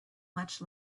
much